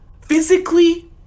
Physically